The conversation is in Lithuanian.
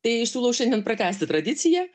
tai aš siūlau šiandien pratęsti tradiciją